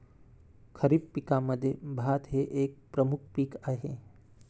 खरीप पिकांमध्ये भात हे एक प्रमुख पीक आहे